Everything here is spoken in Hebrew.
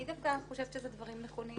אני דווקא חושבת שזה דברים נכונים.